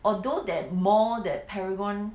although that mall that paragon